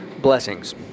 Blessings